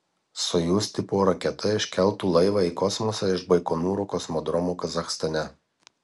sojuz tipo raketa iškeltų laivą į kosmosą iš baikonūro kosmodromo kazachstane